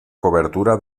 cobertura